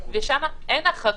ושם אין החרגות.